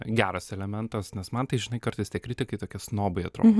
geras elementas nes man tai žinai kartais tie kritikai tokie snobai atrodo